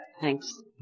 thanks